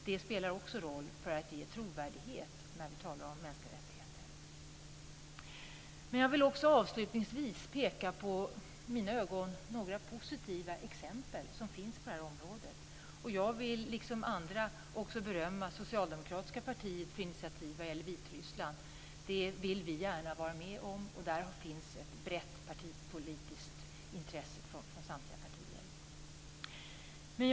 De spelar också roll för att ge trovärdighet när vi talar om mänskliga rättigheter. Jag vill avslutningsvis peka på några i mina ögon positiva exempel som finns på det här området. Jag vill liksom andra berömma det socialdemokratiska partiet för initiativ när det gäller Vitryssland. Det vill vi gärna vara med om, och det finns ett brett politiskt intresse från samtliga partier.